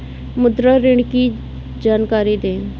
मुद्रा ऋण की जानकारी दें?